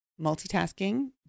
Multitasking